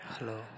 Hello